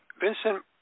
vincent